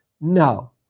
No